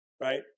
right